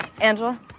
Angela